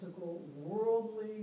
worldly